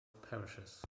parishes